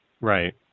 Right